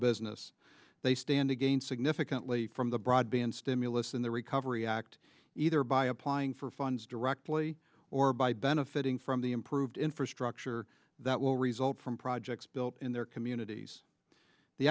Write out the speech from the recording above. business they stand to gain significantly from the broadband stimulus in the recovery act either by applying for funds directly or by benefiting from the improved infrastructure that will result from projects built in their communities the